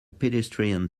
pedestrian